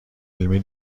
علمی